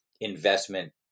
investment